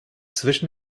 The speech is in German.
zwischen